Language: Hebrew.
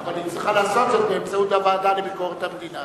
אבל היא צריכה לעשות זאת באמצעות הוועדה לביקורת המדינה,